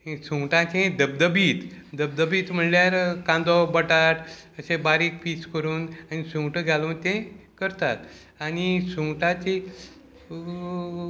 सुंगटाचें धबधबीत धबधबीत म्हणल्यार कांदो बटाट अशें बारीक पीस करून आनी सुंगटां घालून तें करतात आनी सुंगटांची